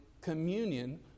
communion